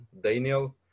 Daniel